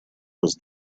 was